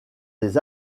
des